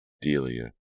Delia